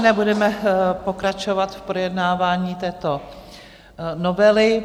Budeme pokračovat v projednávání této novely.